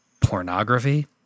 pornography